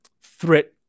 threat